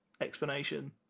explanation